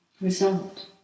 result